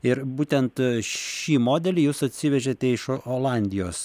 ir būtent aaa šį modelį jūs atsivežėte iš olandijos